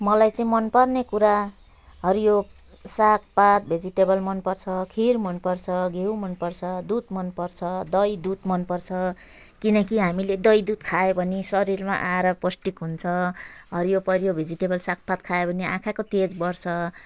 मलाई चाहिँ मनपर्ने कुरा हरियो सागपात भेजिटेबल मनपर्छ खिर मनपर्छ घिउ मनपर्छ दुध मनपर्छ दही दुध मनपर्छ किन कि हामीले दही दुध खायौँ भने शरीरमा आएर पौष्टिक हुन्छ हरियो परियो भेजिटेबल सागपात खायौँ भने आँखाको तेज बढ्छ